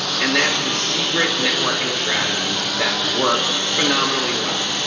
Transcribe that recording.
and that's the secret networking strategy that works phenomenally well.